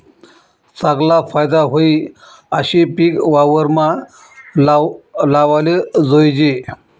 चागला फायदा व्हयी आशे पिक वावरमा लावाले जोयजे